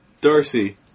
Darcy